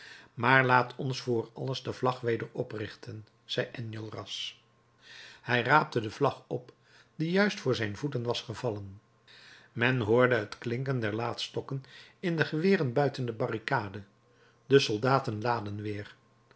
maar laat ons voor alles de vlag weder oprichten zei enjolras hij raapte de vlag op die juist voor zijn voeten was gevallen men hoorde het klinken der laadstokken in de geweren buiten de barricade de soldaten laadden weder